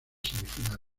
semifinales